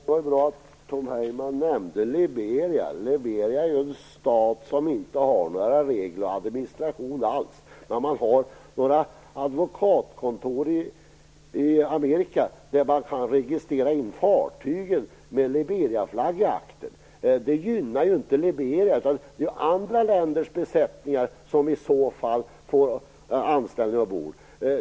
Fru talman! Det är bra att Tom Heyman nämnde Liberia. Liberia är ju en stat som inte har några regler eller någon administration alls. Vad Liberia har är några advokatkontor i Amerika, där man kan registrera in ett fartyg med en Liberiaflagga i aktern. Det gynnar inte Liberia, utan det är andra länders besättningar som i så fall får anställning ombord.